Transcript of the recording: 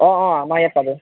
অঁ অঁ আমাৰ ইয়াত পাব